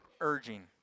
urging